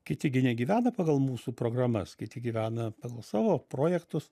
kiti gi negyvena pagal mūsų programas kiti gyvena pagal savo projektus